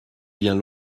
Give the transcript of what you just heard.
bien